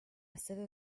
sede